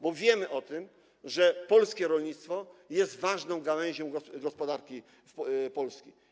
Bo wiemy o tym, że polskie rolnictwo jest ważną gałęzią gospodarki Polski.